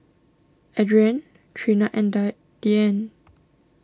Adrienne Trina and die Deane